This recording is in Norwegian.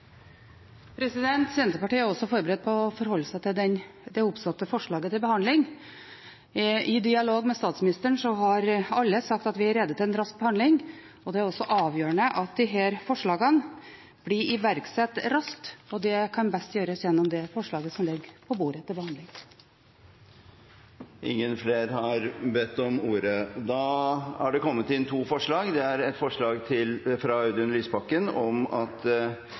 Senterpartiet er også forberedt på å forholde seg til det oppsatte forslaget til behandling. I dialog med statsministeren har alle sagt at vi er rede til en rask behandling, og det er også avgjørende at disse forslagene blir iverksatt raskt, og det kan best gjøres gjennom forslaget som ligger på bordet til behandling. Flere har ikke bedt om ordet. Det har kommet inn to forslag. Det er et forslag fra Audun Lysbakken om at